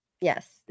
Yes